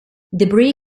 debris